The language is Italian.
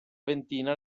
ventina